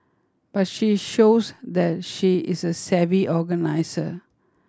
but she shows that she is a savvy organiser